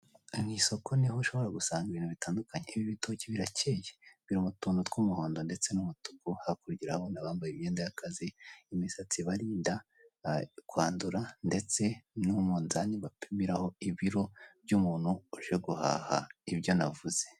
Mu isoko niho ushobora gusanga ibintu bitandukanye, ibi bitoki birakeye biri mu tuntu tw'umuhondo ndetse n'umutuku hakurya urabona abambaye imyenda y'akazi imisatsi ibarinda kwandura ndetse n'iminzani ibafasha guhaha ibyo navuze.